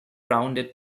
rounded